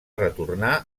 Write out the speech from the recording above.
retornà